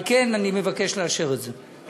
על כן אני מבקש לאשר את זה.